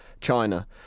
China